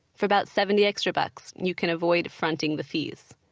for about seventy extra bucks, you can avoid fronting the fees.